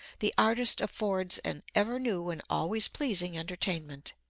the artist affords an ever new and always pleasing entertainment.